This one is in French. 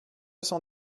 cent